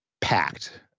packed